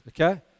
okay